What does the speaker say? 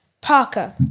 Parker